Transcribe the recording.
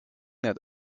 that